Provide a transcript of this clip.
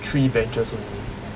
three benches only